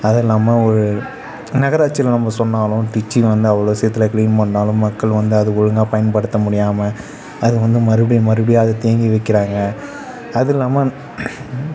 அதுவும் இல்லாமல் ஒரு நகராட்சியில் நம்ம சொன்னாலும் டிச்சு வந்து அவ்வளோ சீக்கிரத்தில் க்ளீன் பண்ணாலும் மக்கள் வந்து அதை ஒழுங்காக பயன்படுத்த முடியாமல் அது வந்து மறுபடியும் மறுபடியும் அதை தேங்க வக்கிறாங்க அதுவும் இல்லாமல்